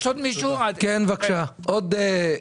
עוד מישהו רוצה לדבר?